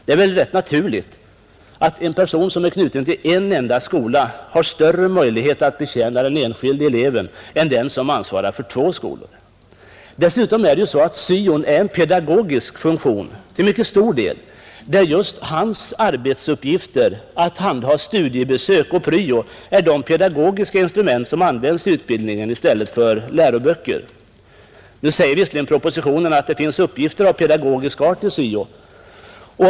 Det är väl rätt naturligt att en person, som är knuten till en enda skola, har större möjlighet att betjäna den enskilde eleven än den som ansvarar för två skolor. Syon är dessutom en pedagogisk funktion till mycket stor del, där just arbetsuppgiften att handha studiebesök och pryo är de pedagogiska instrument som används i utbildningen i stället för läroböcker. I propositionen 34 anförs visserligen att också uppgifter av pedagogisk art ingår i syo.